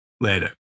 Later